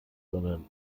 sondern